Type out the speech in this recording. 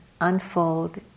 unfold